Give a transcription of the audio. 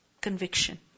Conviction